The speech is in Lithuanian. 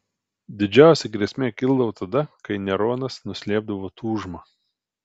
didžiausia grėsmė kildavo tada kai neronas nuslėpdavo tūžmą